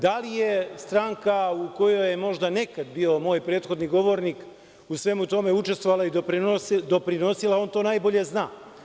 Da li je stranka u kojoj je možda nekada bio moj prethodni govornik u svemu tome učestvovala i doprinosila, on to najbolje zna.